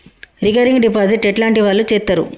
Recurring deposit ఎట్లాంటి వాళ్లు చేత్తరు?